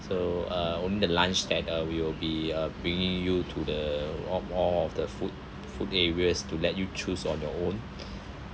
so uh only the lunch that uh we will be uh bringing you to the more more of the food food areas to let you choose on your own